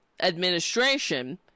administration